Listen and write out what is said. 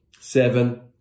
seven